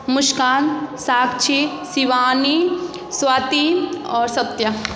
मुस्कान साक्षी शिवानी स्वाति आओर सत्या